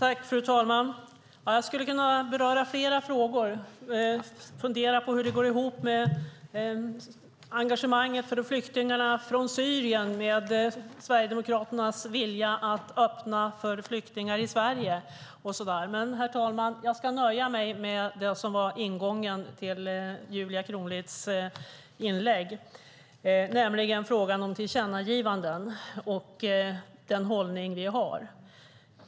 Herr talman! Jag skulle kunna beröra flera frågor. Jag funderar på hur engagemanget för flyktingarna från Syrien går ihop med Sverigedemokraternas vilja att öppna för flyktingar i Sverige och så där. Men jag ska nöja mig med det som var ingången till Julia Kronlids inlägg, nämligen frågan om tillkännagivanden och den hållning vi har.